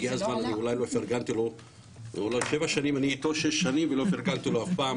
6 שנים אני אתו ולא פרגנתי לו אף פעם,